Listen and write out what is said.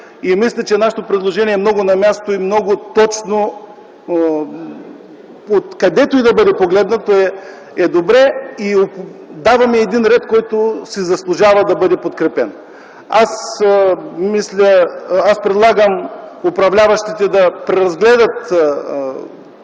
Мисля, че нашето предложение е много на място и много точно, откъдето и да бъде погледнато е добре. Даваме един ред, който си заслужава да бъде подкрепен. Аз предлагам управляващите да го преразгледат,